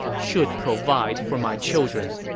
should provide for my children.